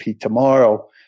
tomorrow